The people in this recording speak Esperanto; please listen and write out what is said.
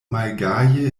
malgaje